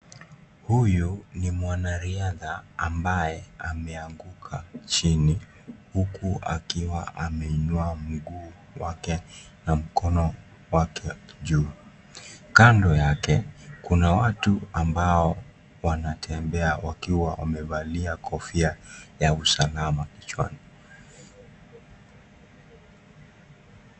Huyu ni mwanariadha ambaye ameanguka chini, huku akiwa ameinua miguu na mkono wake juu. Kando yake kuna watu ambao wanatembea wakiwa wamevalia kofia ya usalama kichwani.